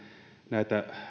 näitä